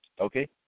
okay